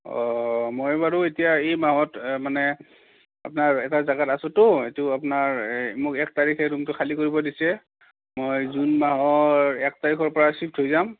অঁ মই বাৰু এতিয়া এই মাহত মানে আপোনাৰ এটা জেগাত আছোতো এইটো আপোনাৰ মোক এক তাৰিখে ৰূমটো খালি কৰিব দিছে মই জুন মাহৰ এক তাৰিখৰ পৰা চিফ্ট হৈ যাম